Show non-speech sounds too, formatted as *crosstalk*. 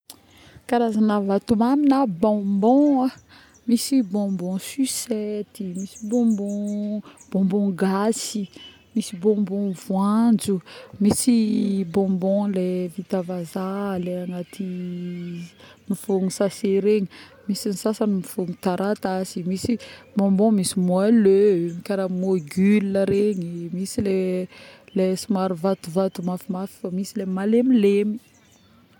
Karazagna vatomamy na bonbon.aa misy bonbon sucette, misy bonbon bonbon gasy, misy bonbon voanjo, misy yy bonbon le vita vazaha le agnaty. *hesitation* mifôgno sase regny, misy mifôgno taratasy, misy bonbon misy moileux karaha mogule regny. misy le le somary vatovato mafimafy fa misy le malemilemy